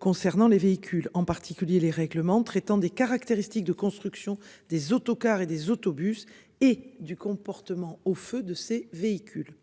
concernant les véhicules en particulier les règlements traitant des caractéristiques de construction des autocars et des autobus et du comportement au feu de ces véhicules